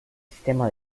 sistema